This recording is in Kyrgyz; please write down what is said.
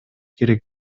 керек